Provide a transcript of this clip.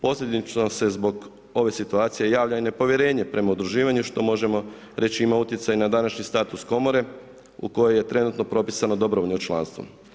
Posljednjem članu se zbog ove situacije javlja i nepovjerenje prema udruživanju što možemo reć ima utjecaj i na današnji status komore u kojoj je trenutno propisano dobrovoljno članstvo.